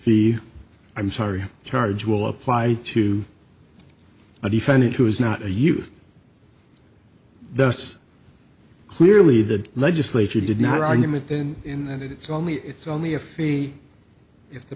fee i'm sorry charge will apply to a defendant who is not a youth thus clearly the legislature did not argument and in the end it's only it's only a fee if the